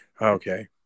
okay